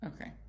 Okay